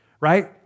right